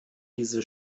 diese